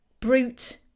Brute